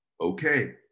Okay